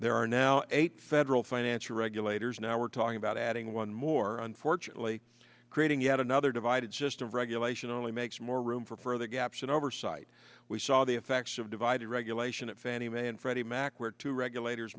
there are now eight federal financial regulators now we're talking about adding one more unfortunately creating yet another divided just of regulation only makes more room for further gaps and oversight we saw the effects of divided regulation of fannie mae and freddie mac where to regulators